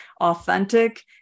authentic